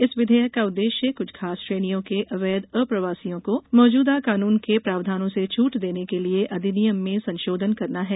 इस विधेयक का उद्देश्य कुछ खास श्रेणियों के अवैध अप्रवासियों को मौजुदा कानुन के प्रावधानों से छट देने के लिए अधिनियम में संशोधन करना है